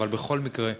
אבל בכל מקרה,